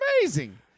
amazing